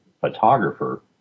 photographer